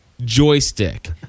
joystick